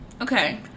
Okay